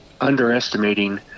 underestimating